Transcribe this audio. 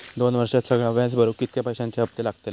दोन वर्षात सगळा व्याज भरुक कितक्या पैश्यांचे हप्ते लागतले?